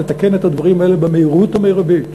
לתקן את הדברים האלה במהירות המרבית.